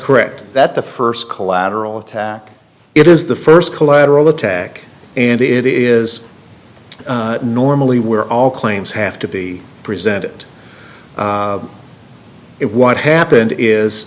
correct that the first collateral attack it is the first collateral attack and it is normally where all claims have to be presented it what happened is